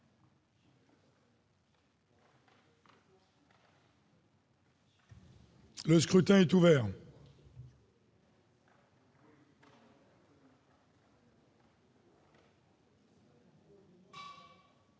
Le scrutin est ouvert.